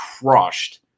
crushed